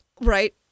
Right